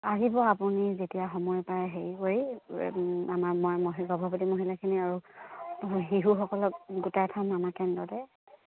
আহিব আপুনি যেতিয়া সময় পায় হেৰি কৰি আমাৰ মহিলা গৰ্ভৱতী মহিলাখিনি আৰু শিশুসকলক গোটাই থ'ম আমাৰ কেন্দ্ৰতে